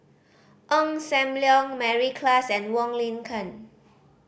Ong Sam Leong Mary Klass and Wong Lin Ken